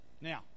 now